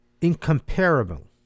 incomparable